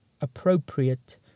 appropriate